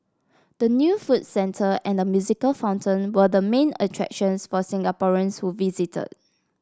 the new food centre and the musical fountain were the main attractions for Singaporeans who visited